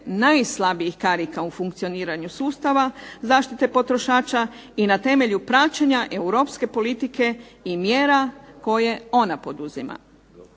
najslabijih karika u funkcioniranju sustava zaštite potrošača i na temelju praćenja europske politike i mjera koje ona poduzima.